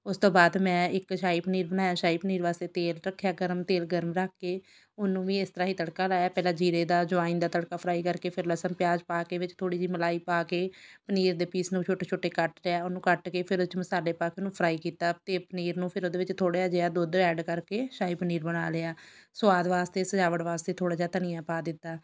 ਉਸ ਤੋਂ ਬਾਅਦ ਮੈਂ ਇੱਕ ਸ਼ਾਹੀ ਪਨੀਰ ਬਣਾਇਆ ਸ਼ਾਹੀ ਪਨੀਰ ਵਾਸਤੇ ਤੇਲ ਰੱਖਿਆ ਗਰਮ ਤੇਲ ਗਰਮ ਰੱਖ ਕੇ ਉਹਨੂੰ ਵੀ ਇਸ ਤਰ੍ਹਾਂ ਹੀ ਤੜਕਾ ਲਾਇਆ ਪਹਿਲਾਂ ਜੀਰੇ ਦਾ ਅਜੁਆਇਣ ਦਾ ਤੜਕਾ ਫਰਾਈ ਕਰਕੇ ਫਿਰ ਲਸਣ ਪਿਆਜ਼ ਪਾ ਕੇ ਵਿੱਚ ਥੋੜ੍ਹੀ ਜਿਹੀ ਮਲਾਈ ਪਾ ਕੇ ਪਨੀਰ ਦੇ ਪੀਸ ਨੂੰ ਛੋਟੇ ਛੋਟੇ ਕੱਟ ਲਿਆ ਉਹਨੂੰ ਕੱਟ ਕੇ ਫਿਰ ਉਸ 'ਚ ਮਸਾਲੇ ਪਾ ਕੇ ਉਹਨੂੰ ਫਰਾਈ ਕੀਤਾ ਅਤੇ ਪਨੀਰ ਨੂੰ ਫਿਰ ਉਹਦੇ ਵਿੱਚ ਥੋੜ੍ਹਾ ਜਿਹਾ ਦੁੱਧ ਐਡ ਕਰਕੇ ਸ਼ਾਹੀ ਪਨੀਰ ਬਣਾ ਲਿਆ ਸਵਾਦ ਵਾਸਤੇ ਸਜਾਵਟ ਵਾਸਤੇ ਥੋੜ੍ਹਾ ਜਿਹਾ ਧਨੀਆ ਪਾ ਦਿੱਤਾ